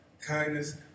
kindness